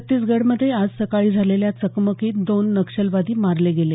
छत्तीसगडमध्ये आज सकाळी झालेल्या चकमकीत दोन नक्षलवादी मारले गेले